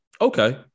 Okay